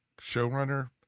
showrunner